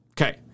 okay